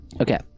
Okay